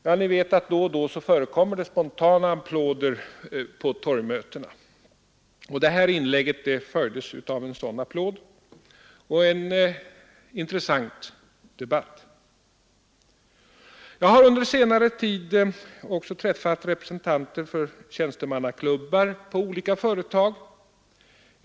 Ja, ni vet att då och då förekommer det spontana applåder på torgmötena, och det här inlägget följdes av en sådan applåd och en intressant debatt. Jag har under senare tid också träffat representanter för tjänstemannaklubbar på olika företag.